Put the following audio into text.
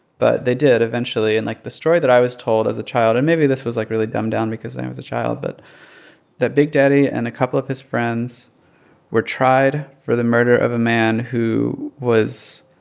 but they did eventually. and like, the story that i was told as a child and maybe this was, like, really dumbed down because i and was a child but that big daddy and a couple of his friends were tried for the murder of a man who was